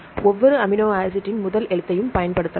ஒவ்வொரு அமினோ ஆசிட்டின் முதல் எழுத்தையும் பயன்படுத்தலாம்